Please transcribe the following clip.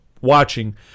watching